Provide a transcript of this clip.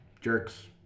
Jerks